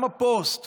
גם הפוסט